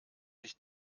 sich